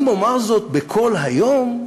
אם אומר זאת בקול היום,